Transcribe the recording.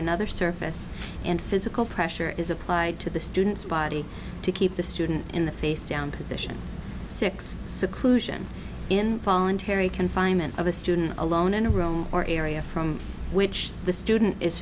another surface and physical pressure is applied to the student's body to keep the student in the face down position six seclusion in voluntary confinement of a student alone in a room or area from which the student is